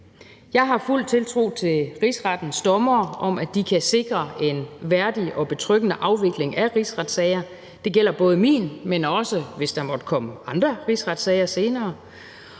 Jeg har fuld tiltro til, at Rigsrettens dommere kan sikre en værdig og betryggende afvikling af rigsretssager. Det gælder både min, men også, hvis der måtte komme andre rigsretssager senere.